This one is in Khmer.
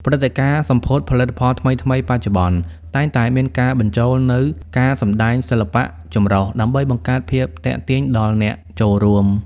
ព្រឹត្តិការណ៍សម្ពោធផលិតផលថ្មីៗបច្ចុប្បន្ន តែងតែមានការបញ្ចូលនូវការសម្តែងសិល្បៈចម្រុះ ដើម្បីបង្កើតភាពទាក់ទាញដល់អ្នកចូលរួម។